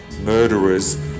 murderers